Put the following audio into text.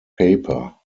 paper